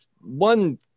one